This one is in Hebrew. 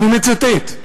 ואני מצטט: